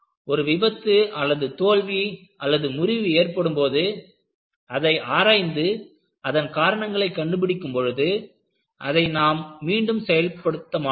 ஒரு விபத்து தோல்வி முறிவு ஏற்படும்போது அதை ஆராய்ந்து அதன் காரணங்களை கண்டுபிடிக்கும் பொழுது அதை நாம் மீண்டும் செய்ய மாட்டோம்